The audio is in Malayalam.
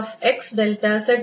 dl00ddtE